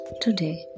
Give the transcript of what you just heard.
Today